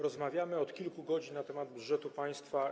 Rozmawiamy od kilku godzin na temat budżetu państwa.